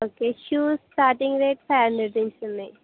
okay shoes starting rate five hundred నుంచి ఉన్నాయి